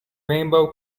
rainbow